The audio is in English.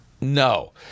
No